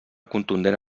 contundent